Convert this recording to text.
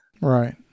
Right